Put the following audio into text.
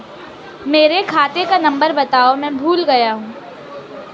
मेरे खाते का नंबर बताओ मैं भूल गया हूं